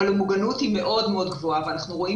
אבל המוגנות היא מאוד מאוד גבוהה ואנחנו רואים